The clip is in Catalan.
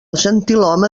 gentilhome